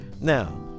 Now